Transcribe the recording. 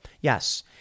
Yes